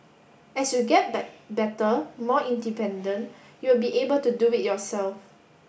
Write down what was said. as you get better more independent you will be able to do it yourself